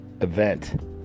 event